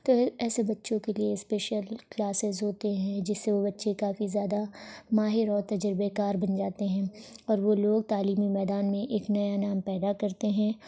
تو ایسے بچوں کے لیے اسپیشل کلاسز ہوتے ہیں جس سے وہ بچے کافی زیادہ ماہر اور تجربے کار بن جاتے ہیں اور وہ لوگ تعلیمی میدان میں ایک نیا نام پیدا کرتے ہیں